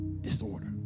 disorder